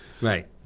right